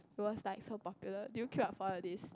it was like so popular do you queue ah for all these